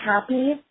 happy